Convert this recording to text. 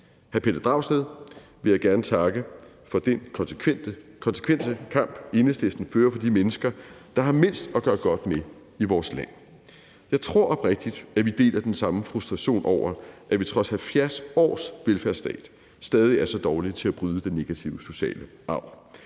Hr. Pelle Dragsted vil jeg gerne takke for den konsekvente kamp, Enhedslisten fører for de mennesker, der har mindst at gøre godt med i vores land. Jeg tror oprigtigt, at vi deler den samme frustration over, at vi trods 70 års velfærdsstat stadig er så dårlige til at bryde den negative sociale arv.